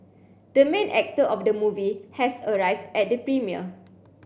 the main actor of the movie has arrived at the premiere